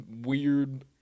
weird